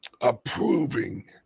approving